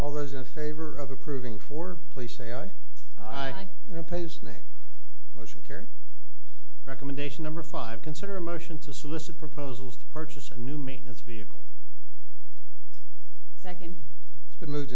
all those in favor of approving for place say i like the place name motion care recommendation number five consider a motion to solicit proposals to purchase a new maintenance vehicle second it's been moved